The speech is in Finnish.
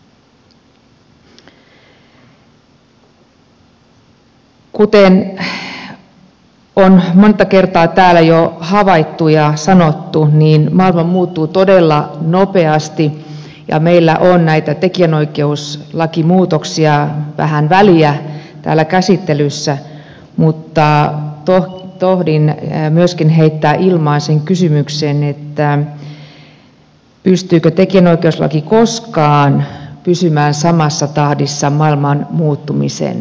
kuten on monta kertaa täällä jo havaittu ja sanottu niin maailma muuttuu todella nopeasti ja meillä on näitä tekijänoikeuslakimuutoksia vähän väliä täällä käsittelyssä mutta tohdin myöskin heittää ilmaan sen kysymyksen että pystyykö tekijänoikeuslaki koskaan pysymään samassa tahdissa maailman muuttumisen kanssa